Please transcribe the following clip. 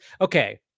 okay